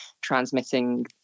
transmitting